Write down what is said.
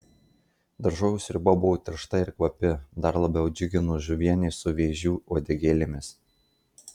daržovių sriuba buvo tiršta ir kvapi dar labiau džiugino žuvienė su vėžių uodegėlėmis